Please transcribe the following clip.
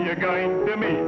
you're going to me